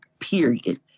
period